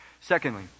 Secondly